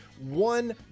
one